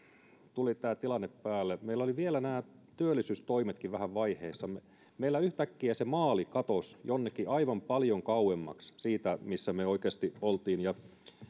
tuli tämä tilanne päälle meillä oli vielä nämä työllisyystoimetkin vähän vaiheessa meiltä yhtäkkiä se maali katosi jonnekin aivan paljon kauemmaksi siitä missä me oikeasti olimme minä olen sitä